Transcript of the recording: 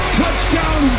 touchdown